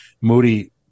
Moody